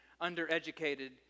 undereducated